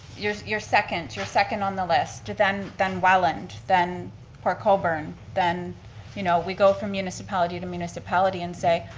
you're you're second. you're second on the list, then then welland, then port colbourne, then you know, we go from municipality to municipality and say,